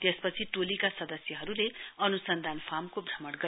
त्यसपछि टोलीका सदस्यहरू अनुसन्धान फार्मको भ्रमण गरे